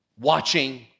watching